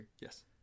Yes